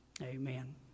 Amen